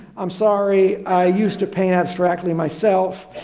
i'm sorry, i used to paint abstractly myself,